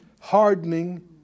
Hardening